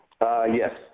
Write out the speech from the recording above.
yes